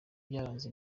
byaranze